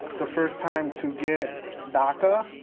the first time, to get daca,